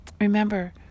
Remember